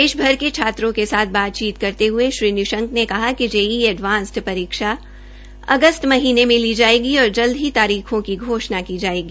देशभर के छात्रों के साथ बातचीत करते हये श्री निशंक ने कहा कि जेईई ऐडवांस परीक्षा अगस्त महीनें में ली जायेगी और जल्द ही तरीखों की घोष्णा की जायेगी